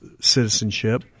citizenship